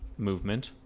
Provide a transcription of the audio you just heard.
movement